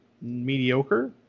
mediocre